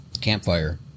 Campfire